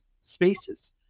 spaces